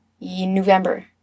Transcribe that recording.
November